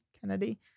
Kennedy